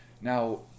Now